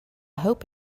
hope